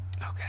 Okay